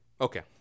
Okay